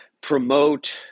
promote